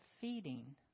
feeding